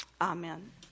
Amen